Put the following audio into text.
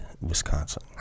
Wisconsin